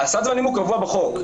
סד הזמנים הוא קבוע בחוק.